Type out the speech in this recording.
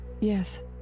Yes